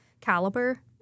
caliber